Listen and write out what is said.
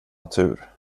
tur